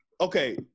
Okay